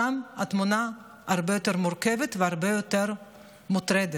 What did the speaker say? שם התמונה הרבה יותר מורכבת והרבה יותר מטרידה.